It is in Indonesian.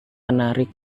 menarik